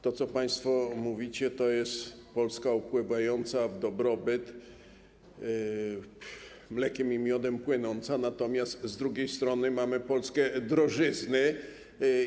To, o czym państwo mówicie, to jest Polska opływająca w dobrobyt, mlekiem i miodem płynąca, natomiast z drugiej strony mamy Polskę drożyzny.